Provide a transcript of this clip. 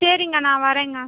சரிங்க நான் வரேங்க